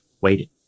waited